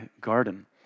Garden